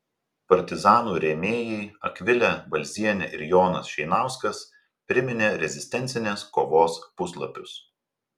partizanų rėmėjai akvilė balzienė ir jonas šeinauskas priminė rezistencinės kovos puslapius